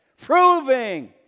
proving